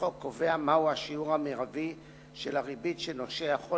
לחוק קובע מהו השיעור המרבי של הריבית שנושה יכול